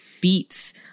beats